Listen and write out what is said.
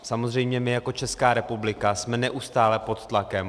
Samozřejmě my jako Česká republika jsme neustále pod tlakem.